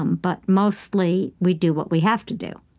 um but mostly, we do what we have to do